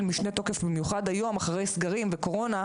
משנה תוקף במיוחד היום אחרי סגרים וקורונה,